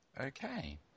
Okay